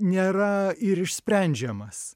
nėra ir išsprendžiamas